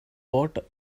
port